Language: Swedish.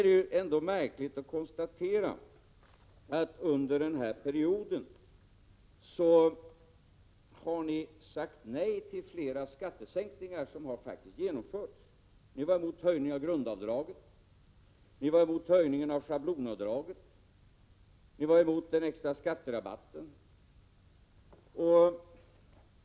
Det är märkligt att kunna konstatera att ni under den här perioden har sagt nej till flera skattesänkningar som faktiskt har genomförts. Ni var emot höjning av grundavdraget, ni var emot höjningen av schablonavdraget och ni var emot den extra skatterabatten.